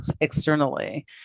externally